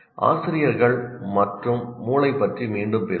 ஆசிரியர்கள் மற்றும் மூளை பற்றி மீண்டும் பேசுவோம்